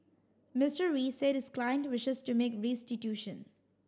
Mister Wee said his client wishes to make restitution